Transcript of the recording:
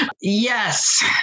Yes